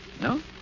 no